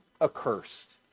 accursed